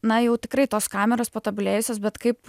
na jau tikrai tos kameros patobulėjusios bet kaip